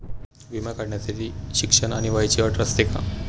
विमा काढण्यासाठी शिक्षण आणि वयाची अट असते का?